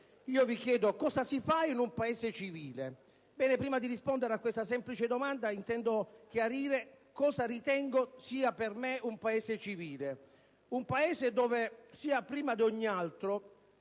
vi chiedo: cosa si fa in un Paese civile? Prima di rispondere a questa semplice domanda, intendo chiarire cosa ritengo sia per me un Paese civile. Si tratta di un Paese dove prima di ogni altra